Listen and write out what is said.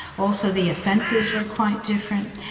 also the offences were quite different.